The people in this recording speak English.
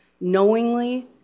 knowingly